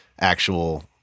actual –